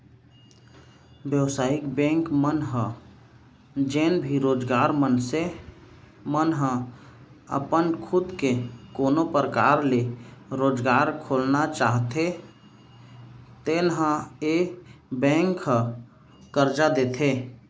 बेवसायिक बेंक मन ह जेन भी बेरोजगार मनसे मन ह अपन खुद के कोनो परकार ले रोजगार खोलना चाहते तेन ल ए बेंक ह करजा देथे